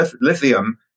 lithium